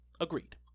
Agreed